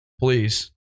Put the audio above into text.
please